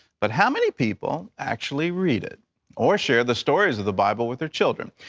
but how many people actually read it or share the stories of the bible with their children?